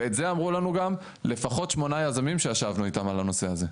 ואת זה אמרו לנו גם לפחות שמונה יזמים שישבנו איתם על הנושא הזה.